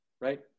right